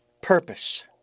purpose